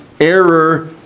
Error